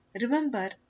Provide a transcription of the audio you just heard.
Remember